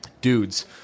dudes